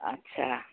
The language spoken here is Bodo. आस्सा